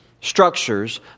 structures